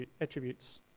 attributes